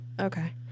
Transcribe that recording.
Okay